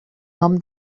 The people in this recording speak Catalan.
nom